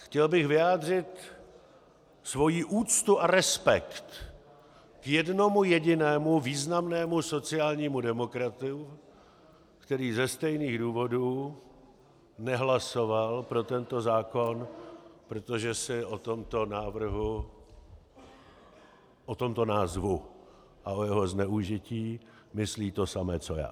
Chtěl bych vyjádřit svoji úctu a respekt jednomu jedinému významnému sociálnímu demokratu, který ze stejných důvodů nehlasoval pro tento zákon, protože si o tomto návrhu, o tomto názvu a o jeho zneužití myslí totéž co já.